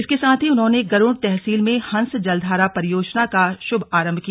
इसके साथ ही उन्होंने गरुड़ तहसील में हंस जलधारा परियोजना का शुभारंभ किया